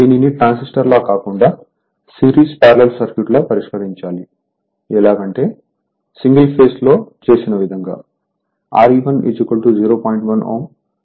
దీనిని ట్రాన్సిస్టర్ లా కాకుండా సిరీస్ పార్లల్ సర్క్యూట్ లా పరిష్కరించాలి ఎలాగంటే సింగిల్ ఫేస్ లో చేసిన విధంగా Re1 0